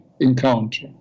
encounter